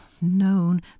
known